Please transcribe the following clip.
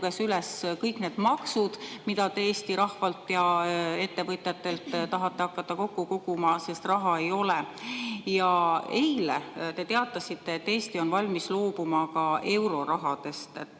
üles kõik need maksud, mida te Eesti rahvalt ja ettevõtjatelt tahate hakata kokku koguma, sest raha ei ole. Ja eile te teatasite, et Eesti on valmis loobuma ka eurorahadest.